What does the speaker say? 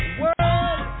world